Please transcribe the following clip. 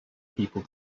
people